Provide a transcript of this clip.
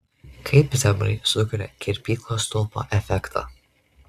kaip zebrai sukuria kirpyklos stulpo efektą